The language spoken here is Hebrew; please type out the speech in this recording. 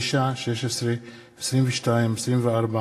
ההצעה תעבור לדיון בוועדת הפנים.